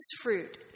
fruit